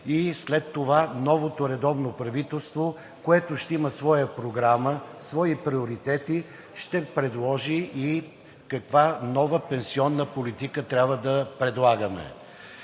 и след това новото редовно правителство, което ще има своя програма, свои приоритети, ще предложи и каква нова пенсионна политика трябва да предлагаме.